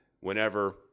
whenever